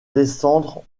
descendre